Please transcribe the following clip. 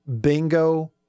bingo